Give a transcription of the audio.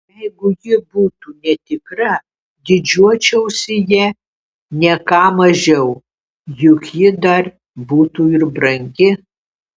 jeigu ji būtų netikra didžiuočiausi ja ne ką mažiau juk ji dar būtų ir brangi